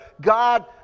God